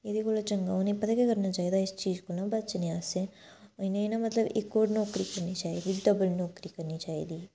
एह्दे कोला चंगा उ'नेंगी पता गै करना चाहिदा इस चीज कोला बचने आस्तै इ'नेंगी न मतलब इक होर नौकरी करनी चाहिदी डबल नौकरी करनी चाहिदी